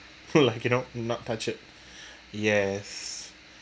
so like you know not touch it yes